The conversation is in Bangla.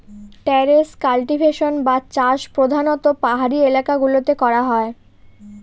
ট্যারেস কাল্টিভেশন বা চাষ প্রধানত পাহাড়ি এলাকা গুলোতে করা হয়